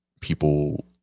people